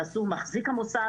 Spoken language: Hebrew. תעשו מחזיק המוסד,